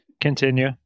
Continue